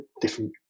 different